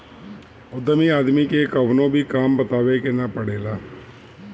उद्यमी आदमी के कवनो भी काम बतावे के ना पड़ेला